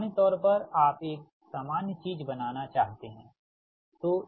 सामान्य तौर पर आप एक सामान्य चीज बनाना चाहते हैं